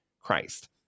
Christ